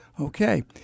Okay